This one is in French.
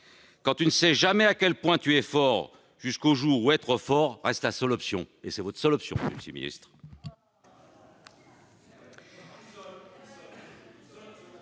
:« Tu ne sais jamais à quel point tu es fort, jusqu'au jour où être fort reste ta seule option. » C'est votre seule option, monsieur le ministre.